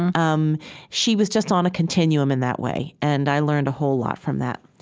um she was just on a continuum in that way and i learned a whole lot from that.